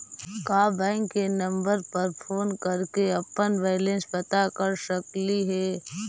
का बैंक के नंबर पर फोन कर के अपन बैलेंस पता कर सकली हे?